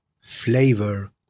flavor